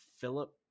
philip